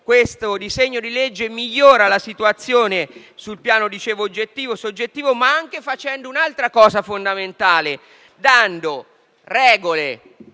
come il disegno di legge migliori la situazione, come dicevo, sul piano oggettivo, soggettivo, ma anche facendo un'altra cosa fondamentale: dando regole,